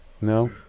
no